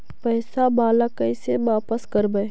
पैसा बाला कैसे बापस करबय?